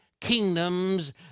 kingdoms